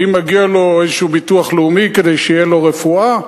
האם מגיע לו איזה ביטוח לאומי כדי שתהיה לו רפואה?